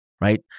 right